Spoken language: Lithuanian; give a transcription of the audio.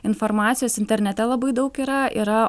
informacijos internete labai daug yra yra